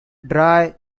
dried